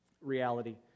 reality